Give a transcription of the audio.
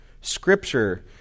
Scripture